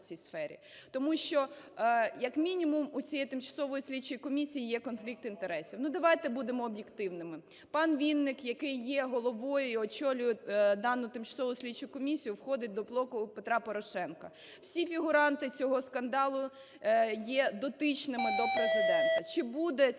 Тому що як мінімум у цієї Тимчасової слідчої комісії є конфлікт інтересів. Давайте будемо об'єктивними. Пан Вінник, який є головою і очолює дану тимчасову слідчу комісію, входить до "Блоку Петра Порошенка". Всі фігуранти цього скандалу є дотичними до Президента. Чи буде ця